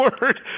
word